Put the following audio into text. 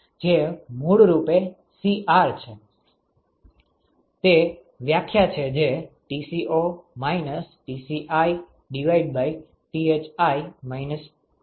તે વ્યાખ્યા છે જે Tco TciThi Tho હોવું જોઈએ